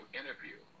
interview